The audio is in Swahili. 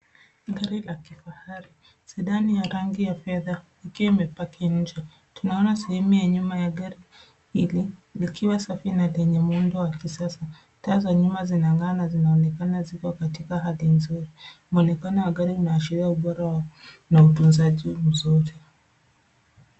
Gari la kifahari, zedani ya rangi ya fedha ikiwa imepaki nje. Tunaona sehemu ya nyuma ya gari hili likiwa safi na lenye muundo wa kisasa. Taa za nyuma zinangaa na zinaonekana ziko katika hali nzuri. Mwonekano wa gari unaashiria ubora wake na utunzaji mzuri.